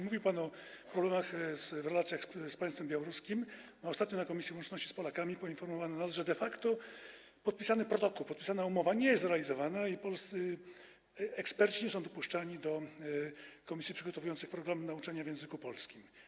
Mówił pan o problemach w relacjach z państwem białoruskim, a ostatnio w Komisji Łączności z Polakami za Granicą poinformowano nas, że de facto podpisany protokół, podpisana umowa nie jest realizowana i polscy eksperci nie są dopuszczani do komisji przygotowujących programy nauczania w języku polskim.